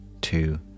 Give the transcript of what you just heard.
two